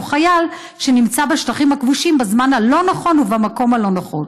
חייל שנמצא בשטחים הכבושים בזמן הלא-נכון ובמקום הלא-נכון.